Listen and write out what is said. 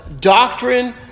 doctrine